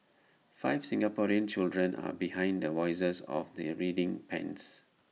five Singaporean children are behind the voices of the reading pens